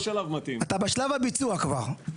אתה בשלב הביצוע כבר,